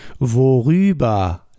Worüber